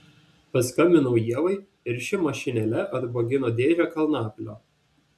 paskambinau ievai ir ši mašinėle atbogino dėžę kalnapilio